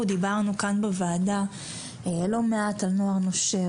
אנחנו דיברנו כאן בוועדה לא מעט על נוער נושר